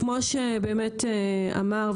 כמו שאמר,